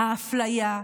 האפליה,